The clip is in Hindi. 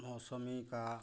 मौसम का